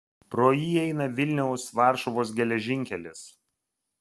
pro jį eina vilniaus varšuvos geležinkelis